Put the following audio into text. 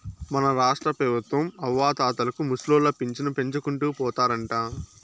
మన రాష్ట్రపెబుత్వం అవ్వాతాతలకు ముసలోళ్ల పింఛను పెంచుకుంటూ పోతారంట